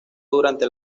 durante